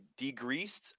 degreased